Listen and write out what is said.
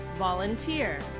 volunteer,